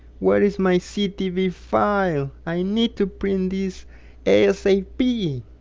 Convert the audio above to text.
where is my ctb file? i need to print this asap!